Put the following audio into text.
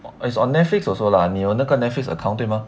it's on netflix also lah 你有那个 netflix account 对吗